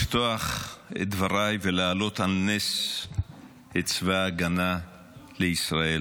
לפתוח את דבריי ולהעלות על נס את צבא ההגנה לישראל,